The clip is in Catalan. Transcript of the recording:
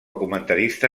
comentarista